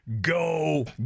go